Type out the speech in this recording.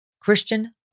Christian